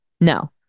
No